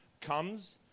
comes